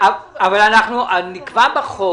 נקבע בחוק